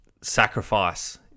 sacrifice